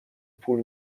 پول